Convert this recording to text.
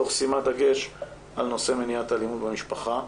תוך שימת דגש על נושא מניעת אלימות במשפחה.